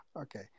Okay